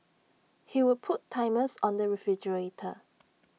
he would put timers on the refrigerator